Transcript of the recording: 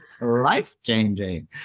life-changing